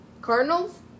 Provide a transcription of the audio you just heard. Cardinals